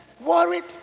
worried